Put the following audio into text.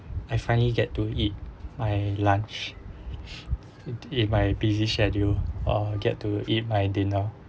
I finally get to eat my lunch in in my busy schedule or get to eat my dinner